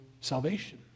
salvation